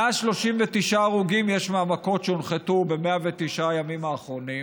139 הרוגים יש מהמכות שהונחתו ב-109 הימים האחרונים,